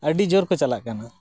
ᱟᱹᱰᱤ ᱡᱳᱨᱠᱚ ᱪᱟᱞᱟᱜ ᱠᱟᱱᱟ